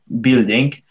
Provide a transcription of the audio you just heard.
building